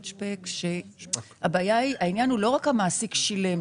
שפק שהעניין הוא לא רק המעסיק שילם,